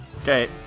Okay